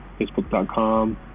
Facebook.com